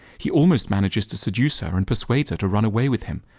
he almost manages to seduce her and persuades her to run away with him.